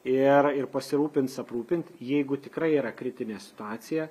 ir ir pasirūpins aprūpinti jeigu tikrai yra kritinė situacija